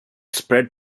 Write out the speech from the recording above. spread